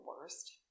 worst